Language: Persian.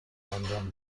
انجام